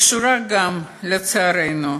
קשורה גם, לצערנו,